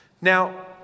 Now